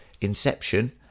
Inception